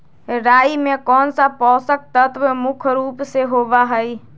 राई में कौन सा पौषक तत्व मुख्य रुप से होबा हई?